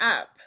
up